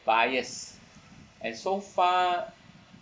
bias and so far